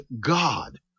God